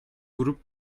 grup